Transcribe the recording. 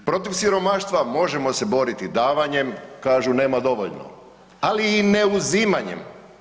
Protiv siromaštva možemo se boriti davanjem, kažu nema dovoljno ali i ne uzimanjem.